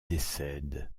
décède